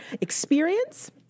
experience